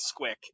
squick